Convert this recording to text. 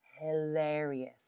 hilarious